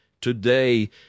TODAY